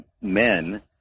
men